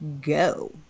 go